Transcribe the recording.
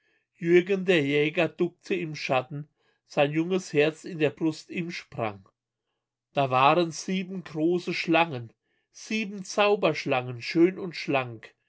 jürgen der jäger duckte im schatten sein junges herz in der brust ihm sprang da waren sieben große schlangen sieben zauberschlangen schön und schlank